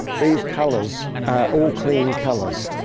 these colours are all clean colours.